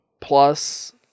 Plus